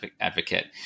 advocate